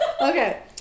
Okay